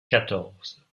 quatorze